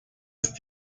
ist